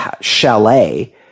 chalet